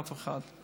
אף אחד.